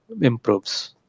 improves